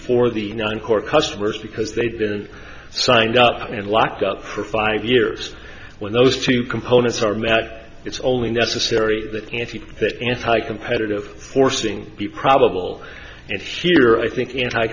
for the nine core customers because they'd been signed up and locked up for five years when those two components are met it's only necessary that if you that anti competitive forcing be probable and here i think anti